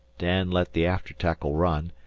dan let the after-tackle run,